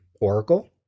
Oracle